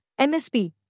MSP